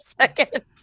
second